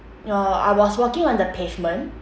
uh I was walking on the pavement